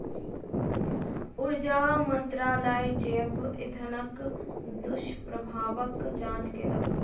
ऊर्जा मंत्रालय जैव इंधनक दुष्प्रभावक जांच केलक